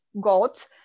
got